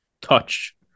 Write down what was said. touch